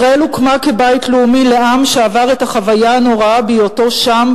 ישראל הוקמה כבית לאומי לעם שעבר את החוויה הנוראה בהיותו שם,